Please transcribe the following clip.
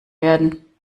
werden